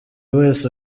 wese